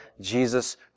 Jesus